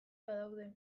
badaude